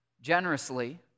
generously